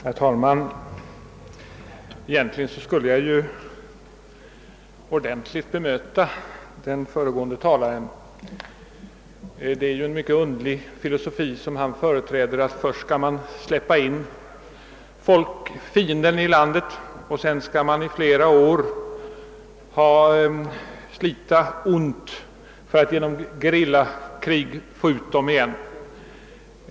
Herr talman! Egentligen borde jag ordentligt bemöta den föregående talaren, Det är ju en mycket underlig filosofi han företräder: först skall man släppa in fienden i landet, och sedan skall man i flera år slita ont för att genom gerillakrig driva ut den igen.